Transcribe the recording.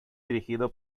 dirigido